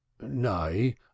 Nay